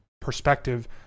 perspective